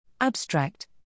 Abstract